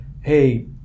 hey